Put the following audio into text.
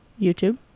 YouTube